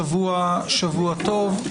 שבוע טוב.